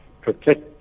protect